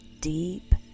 deep